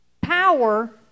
Power